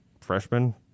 freshman